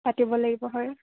পাতিব লাগিব হয়